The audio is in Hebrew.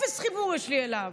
אפס חיבור יש לי אליו.